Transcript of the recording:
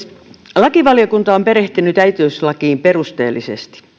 lakivaliokunta on perehtynyt äitiyslakiin perusteellisesti